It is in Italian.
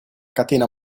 catena